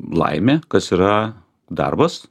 laimė kas yra darbas